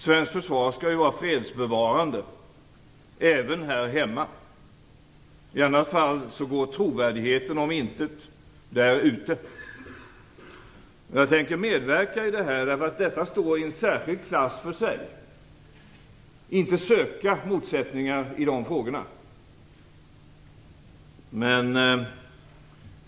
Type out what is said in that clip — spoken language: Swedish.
Svenskt försvar skall ju vara fredsbevarande även här hemma. I annat fall går trovärdigheten där ute om intet. Eftersom detta står i klass för sig, skall jag inte söka motsättningar på detta område.